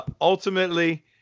ultimately